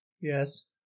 Yes